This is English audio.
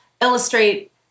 illustrate